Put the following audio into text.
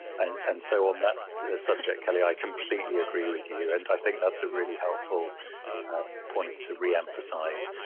and and so on that subject, kelly, i completely agree with you and i think that's a really helpful point to re-emphasize.